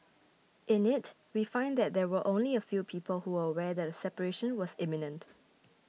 in it we find that there were only a few people who were aware that a separation was imminent